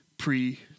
Pre